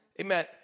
Amen